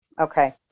Okay